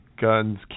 guns